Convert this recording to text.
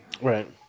Right